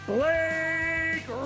Blake